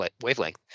wavelength